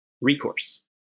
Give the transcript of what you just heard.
recourse